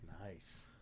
Nice